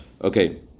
okay